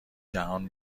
دهان